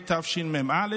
התשמ"א,